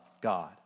God